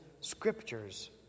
scriptures